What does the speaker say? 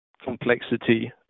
complexity